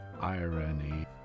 irony